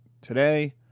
Today